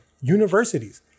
Universities